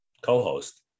co-host